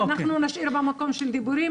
אנחנו נישאר במקום של דיבורים.